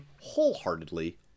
wholeheartedly